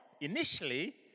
initially